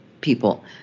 people